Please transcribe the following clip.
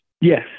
Yes